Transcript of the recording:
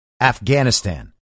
Afghanistan